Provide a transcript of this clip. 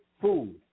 food